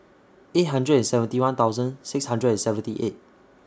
eight hundred and seventy one thousand six hundred and seventy eight